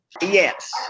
Yes